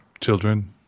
children